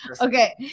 Okay